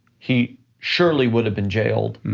he surely would have been jailed,